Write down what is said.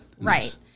right